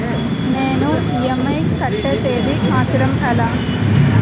నేను ఇ.ఎం.ఐ కట్టే తేదీ మార్చడం ఎలా?